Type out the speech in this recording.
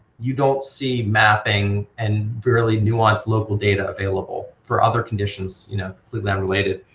you don't see mapping and fairly nuanced local data available for other conditions you know completely unrelated,